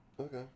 okay